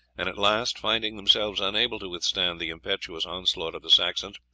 and at last, finding themselves unable to withstand the impetuous onslaught of the saxons,